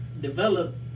develop